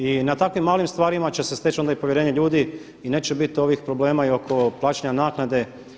I na takvim malim stvarima će se steći onda i povjerenje ljudi i neće biti ovih problema i oko plaćanja naknade.